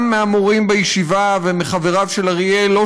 גם מהמורים בישיבה ומחבריו של אריאל לא